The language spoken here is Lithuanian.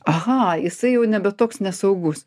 aha jisai jau nebe toks nesaugus